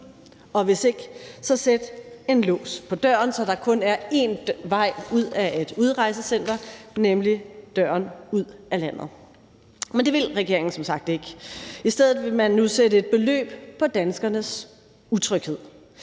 og hvis ikke, sæt en lås på døren, så der kun er én vej ud af et udrejsecenter, nemlig døren ud af landet. Men det vil regeringen som sagt ikke. I stedet vil man nu sætte et beløb på danskernes utryghed